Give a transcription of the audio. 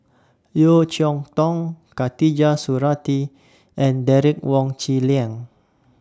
Yeo Cheow Tong Khatijah Surattee and Derek Wong Zi Liang